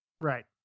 Right